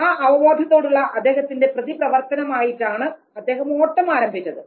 ആ അവബോധത്തോടുള്ള അദ്ദേഹത്തിൻറെ പ്രതിപ്രവർത്തനമായിട്ടാണ് അദ്ദേഹം ഓട്ടം ആരംഭിച്ചത്